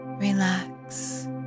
relax